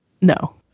No